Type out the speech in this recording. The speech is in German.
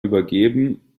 übergeben